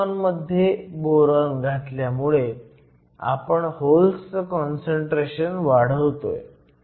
silicon मध्ये boron घातल्यामुळे आपण होल्स चं काँसंट्रेशन वाढवतोय